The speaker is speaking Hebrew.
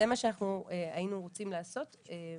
זה מה שאנחנו היינו רוצים לעשות עם